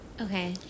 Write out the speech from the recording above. Okay